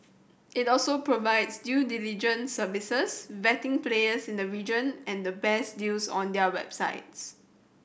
it also provides due diligence services vetting players in the region and the best deals on their websites